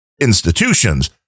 institutions